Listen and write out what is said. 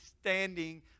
standing